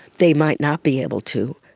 they might not be able to.